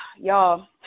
y'all